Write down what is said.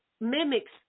mimics